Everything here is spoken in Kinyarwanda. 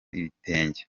ibitenge